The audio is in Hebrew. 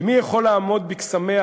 ומי יכול לעמוד בקסמיה